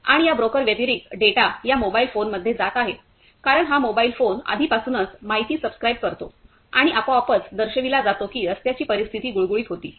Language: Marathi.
आणि या ब्रोकर व्यतिरिक्त डेटा या मोबाइल फोनमध्ये जात आहे कारण हा मोबाइल फोन आधीपासूनच माहिती सबस्क्राईब करतो आणि आपोआपच दर्शविला जातो की रस्त्यांची परिस्थिती गुळगुळीत होती